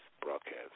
broadcast